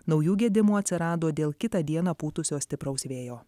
naujų gedimų atsirado dėl kitą dieną pūtusio stipraus vėjo